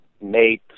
made